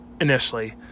initially